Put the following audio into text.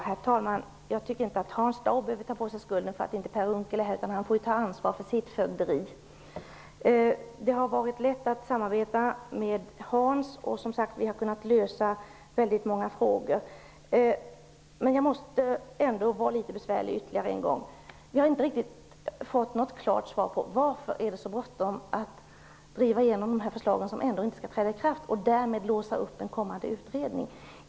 Herr talman! Jag tycker inte att Hans Dau behöver ta på sig skulden för att inte Per Unckel är här. Han får själv ta ansvar för sitt fögderi. Det har varit lätt att samarbeta med Hans, och vi har som sagt kunnat lösa väldigt många frågor. Jag måste ändå vara litet besvärlig ytterligare en gång: Vi har inte riktigt fått något klart svar på varför det är så bråttom att driva igenom dessa förslag som ändå inte skall träda i kraft och därmed låsa upp en kommande utredning?